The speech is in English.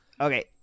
Okay